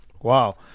Wow